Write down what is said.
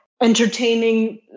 Entertaining